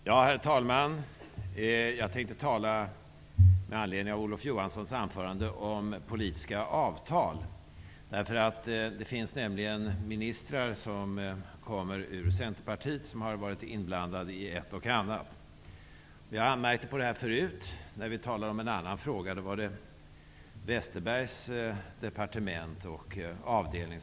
Herr talman! Med anledning av Olof Johanssons anförande tänkte jag tala om politiska avtal. Det finns nämligen ministrar som tillhör Centerpartiet som har varit inblandade i ett och annat. Vi har anmärkt på det här tidigare när vi talade om en annan fråga. Den gången gällde det Westerbergs departement och avdelning.